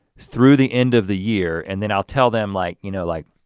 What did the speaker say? through the end of the year, and then i'll tell them like you know like,